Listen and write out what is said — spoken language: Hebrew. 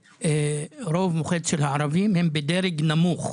ורוב מוחץ של הערבים הם בדרג נמוך.